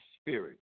Spirit